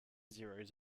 zeros